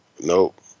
nope